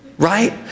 right